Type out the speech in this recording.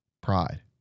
Pride